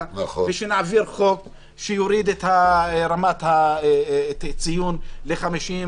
ושנעביר חוק שיוריד את רמת הציון ל-50.